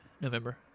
November